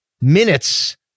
minutes